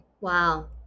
wow